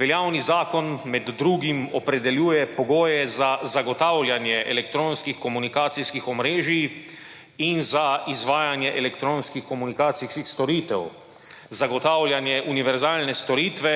Veljavni zakon med drugim opredeljuje pogoje za zagotavljanje elektronskih komunikacijskih omrežij in za izvajanje elektronskih komunikacijskih storitev, zagotavljanje univerzalne storitve,